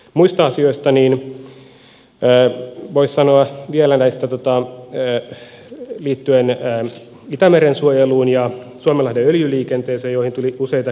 muista asioista voisi sanoa vielä liittyen itämeren suojeluun ja suomenlahden öljyliikenteeseen joista tuli useita kysymyksiä